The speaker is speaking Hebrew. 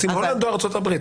רוצים הולנד או ארצות הברית?